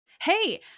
Hey